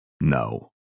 no